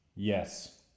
Yes